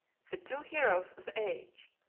the two heroes age.